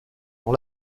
dans